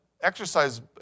exercise